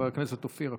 חבר הכנסת אופיר אקוניס.